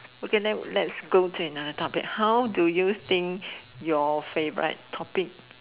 okay then let's go to another topic how do you think your favorite topic